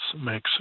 makes